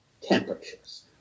temperatures